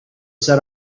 set